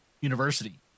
University